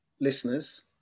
listeners